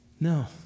No